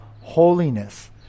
holiness